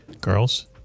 Girls